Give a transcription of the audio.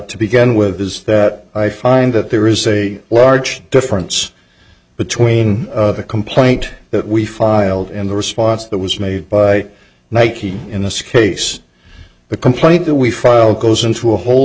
to begin with is that i find that there is a large difference between the complaint that we filed and the response that was made by nike in this case the complaint that we filed goes into a whole